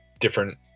different